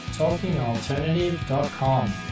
talkingalternative.com